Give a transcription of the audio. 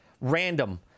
random